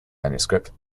manuscript